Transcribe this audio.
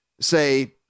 say